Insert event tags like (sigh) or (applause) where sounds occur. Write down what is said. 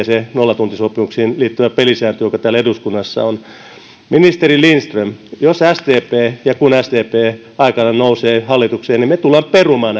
(unintelligible) se nollatuntisopimuksiin liittyvä pelisääntö joka täällä eduskunnassa on on täynnä löperyyksiä ministeri lindström jos ja kun sdp aikanaan nousee hallitukseen niin me tulemme perumaan (unintelligible)